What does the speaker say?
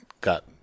got